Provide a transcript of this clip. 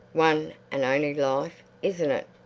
one and only life, isn't it?